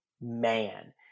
man